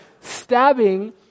stabbing